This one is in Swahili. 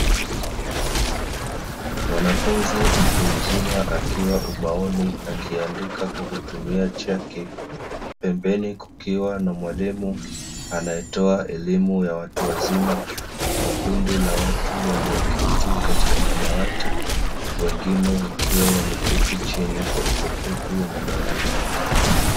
Mwanafunzi mtu mzima akiwa ubaoni, akiandika kwa kutumia chaki, pembeni kukiwa na mwalimu anayetoa elimu ya watu wazima kwa kundi la watu walioketi katika madawati, wengine wakiwa wameketi chini kwa ukosefu wa madawati.